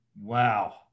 Wow